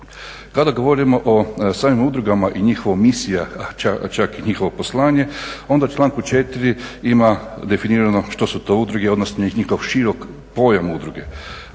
Kada govorimo o samim udrugama i njihova misija čak i njihovo poslanje onda u članku 4. ima definirano što su to udruge, odnosno njihov širok pojam udruge,